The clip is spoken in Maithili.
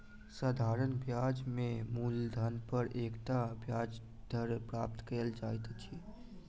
साधारण ब्याज में मूलधन पर एकता ब्याज दर प्राप्त कयल जाइत अछि